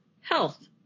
health